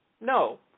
no